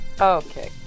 Okay